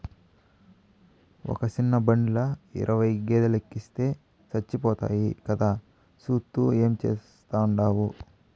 ఒక సిన్న బండిల ఇరవై గేదేలెనెక్కిస్తే సచ్చిపోతాయి కదా, సూత్తూ ఏం చేస్తాండావు